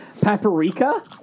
Paprika